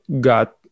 got